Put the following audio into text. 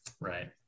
Right